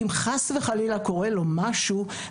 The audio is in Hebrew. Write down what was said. אם חס וחלילה קורה לו משהו,